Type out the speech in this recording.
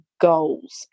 goals